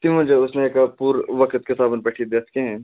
تمہِ وجہ ٲس نہٕ ہیٚکان پوٗرٕ وقت کِتابَن پٮ۪ٹھ یہِ دِتھ کِہیٖنۍ